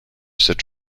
cette